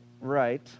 right